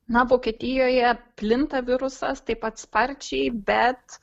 na vokietijoje plinta virusas taip pat sparčiai bet